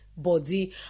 body